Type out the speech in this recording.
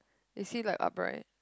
is he like upright